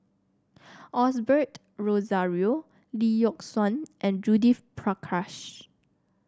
Osbert Rozario Lee Yock Suan and Judith Prakash